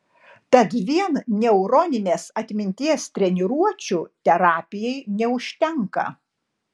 tad vien neuroninės atminties treniruočių terapijai neužtenka